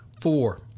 Four